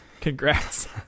congrats